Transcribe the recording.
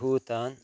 Bhutan